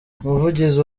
umuvugizi